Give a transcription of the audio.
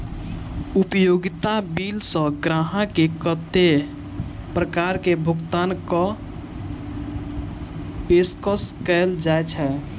उपयोगिता बिल सऽ ग्राहक केँ कत्ते प्रकार केँ भुगतान कऽ पेशकश कैल जाय छै?